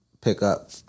pickup